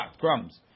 Crumbs